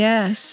Yes